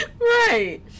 Right